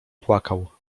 płakał